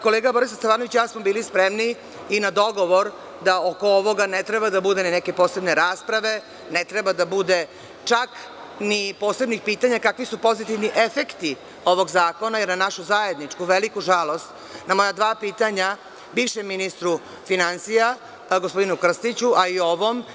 Kolega Borislav Stefanović i ja smo bili spremni i na dogovor da oko ovoga ne treba da bude neke posebne rasprave, ne treba da bude čak ni posebnih pitanja kakvi su pozitivni efekti ovog zakona, jer na našu zajedničku veliku žalost na moja dva pitanja bivšem ministru finansija, gospodinu Krstiću, a i ovom.